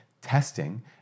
Testing